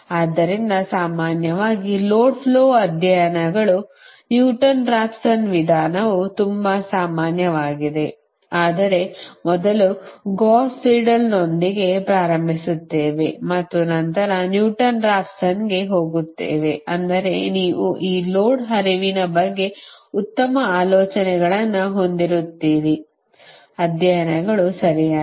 ಆದ್ದರಿಂದ ಸಾಮಾನ್ಯವಾಗಿ load flow ಅಧ್ಯಯನಗಳು ನ್ಯೂಟನ್ ರಾಫ್ಸನ್ ವಿಧಾನವು ತುಂಬಾ ಸಾಮಾನ್ಯವಾಗಿದೆ ಆದರೆ ಮೊದಲು ಗೌಸ್ ಸೀಡೆಲ್ನೊಂದಿಗೆ ಪ್ರಾರಂಭಿಸುತ್ತೇವೆ ಮತ್ತು ನಂತರ ನ್ಯೂಟನ್ ರಾಫ್ಸನ್ಗೆ ಹೋಗುತ್ತೇವೆ ಅಂದರೆ ನೀವು ಈ ಲೋಡ್ ಹರಿವಿನ ಬಗ್ಗೆ ಉತ್ತಮ ಆಲೋಚನೆಗಳನ್ನು ಹೊಂದಿರುತ್ತೀರಿ ಅಧ್ಯಯನಗಳು ಸರಿಯಾಗಿ